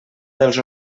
dels